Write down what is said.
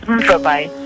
Bye-bye